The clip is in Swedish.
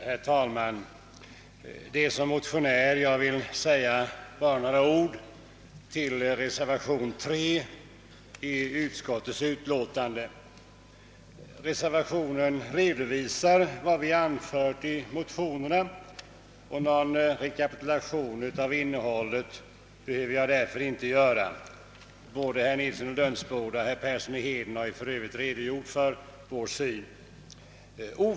Herr talman! Som motionär vill jag säga några få ord i anknytning till reservationen 3 i utskottets utlåtande. Reservationen redovisar vad vi anfört i motionerna, och någon rekapitulation av innehållet behöver jag därför inte göra. Både herr Nilsson i Lönsboda och herr Persson i Heden har för övrigt redogjort för våra synpunkter.